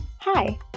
Hi